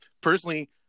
personally